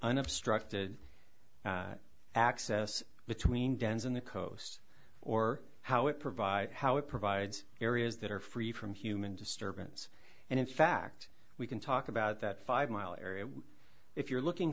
unobstructed access between dens in the coast or how it provide how it provides areas that are free from human disturbance and in fact we can talk about that five mile area if you're looking